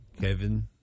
Kevin